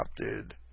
adopted